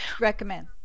recommend